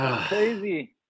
Crazy